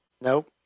Nope